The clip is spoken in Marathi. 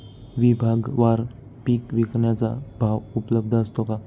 विभागवार पीक विकण्याचा भाव उपलब्ध असतो का?